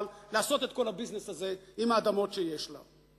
לעשות את כל הביזנס הזה עם האדמות שיש לה.